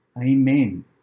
Amen